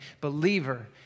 believer